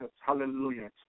Hallelujah